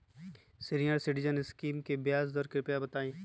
senior citizen scheme के ब्याज दर कृपया बताईं